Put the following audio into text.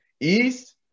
East